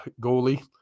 goalie